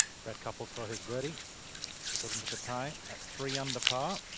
fred couples for his birdie into the tie at three on the par.